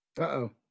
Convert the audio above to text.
uh-oh